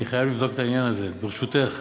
אני חייב לבדוק את העניין הזה, ברשותך.